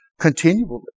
continually